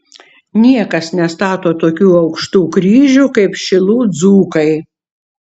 niekas nestato tokių aukštų kryžių kaip šilų dzūkai